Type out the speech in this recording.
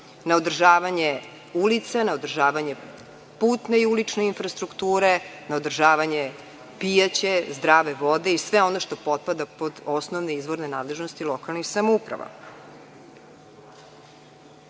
na održavanje ulica, na održavanje putne i ulične infrastrukture, na održavanje pijaće zdrave vode i sve ono što potpada pod osnovne izvorne nadležnosti lokalnih samouprava. Ne